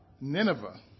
Nineveh